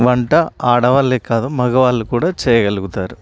వంట ఆడవాళ్ళే కాదు మగవాళ్ళు కూడా చేయగలుగుతారు